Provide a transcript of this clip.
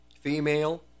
female